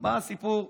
מה הסיפור.